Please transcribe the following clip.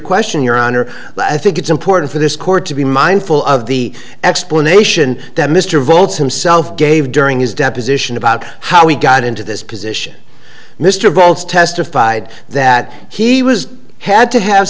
question your honor i think it's important for this court to be mindful of the explanation that mr votes himself gave during his deposition about how he got into this position mr valls testified that he was had to have